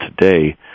today